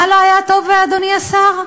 מה לא היה טוב, אדוני השר?